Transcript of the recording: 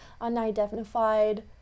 unidentified